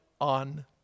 on